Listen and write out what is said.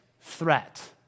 threat